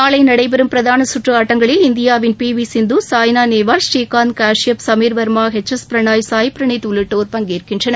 நாளை நடைபெறும் பிரதாள சுற்று ஆட்டங்களில் இந்தியாவின் P V Sindhu Saina Nehwal Srikanth Kashyap Sameer Verma H S Prannoy Sai Praneeth உள்ளிட்டோர் பங்கேற்கின்றனர்